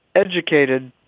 educated,